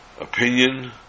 opinion